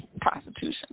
Prostitution